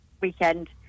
weekend